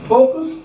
Focus